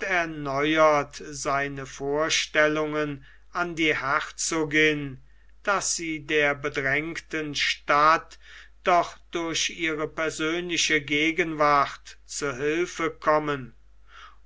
erneuert seine vorstellungen an die herzogin daß sie der bedrängten stadt doch durch ihre persönliche gegenwart zu hilfe kommen